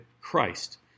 Christ